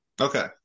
Okay